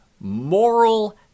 moral